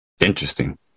Interesting